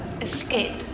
escape